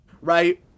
Right